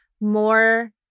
more